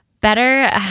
better